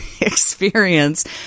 experience